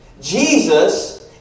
Jesus